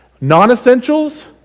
Non-essentials